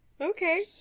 Okay